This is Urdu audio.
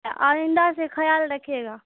آئندہ سے خیال رکھیے گا